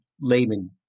layman